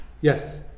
Yes